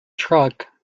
truck